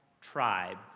tribe